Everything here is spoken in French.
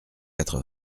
quatre